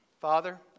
Father